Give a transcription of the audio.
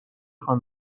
خوان